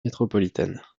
métropolitaine